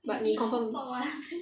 but 你 confirm